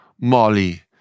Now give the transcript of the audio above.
Molly